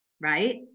right